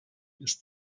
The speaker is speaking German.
ist